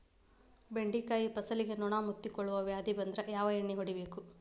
ಬೆಂಡೆಕಾಯ ಫಸಲಿಗೆ ನೊಣ ಮುತ್ತಿಕೊಳ್ಳುವ ವ್ಯಾಧಿ ಬಂದ್ರ ಯಾವ ಎಣ್ಣಿ ಹೊಡಿಯಬೇಕು?